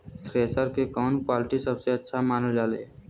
Thresher के कवन quality सबसे अच्छा मानल जाले?